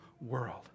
world